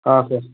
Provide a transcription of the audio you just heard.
ಹಾಂ ಸರ್